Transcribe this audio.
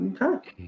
Okay